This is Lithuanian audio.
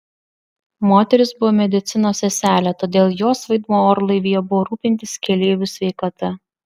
moteris buvo medicinos seselė todėl jos vaidmuo orlaivyje buvo rūpintis keleivių sveikata